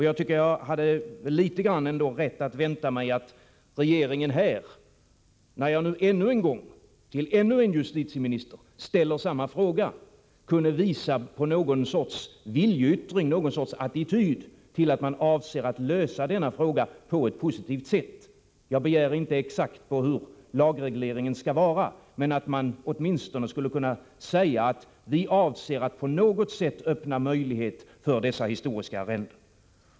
Jag tycker att jag hade rätt att vänta mig att regeringen här, när jag nu ännu en gång, till ännu en justitieminister, ställer samma fråga, kunde visa på någon sorts viljeyttring, någon sorts attityd att man avser att lösa denna fråga på ett positivt sätt. Jag begär inte att få veta exakt hur lagregleringen skall vara, men att man åtminstone kunde säga att man avser att på något sätt öppna möjlighet för innehavare av dessa historiska arrenden.